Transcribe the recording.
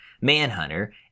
Manhunter